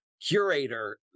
curator